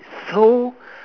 so